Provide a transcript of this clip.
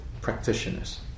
practitioners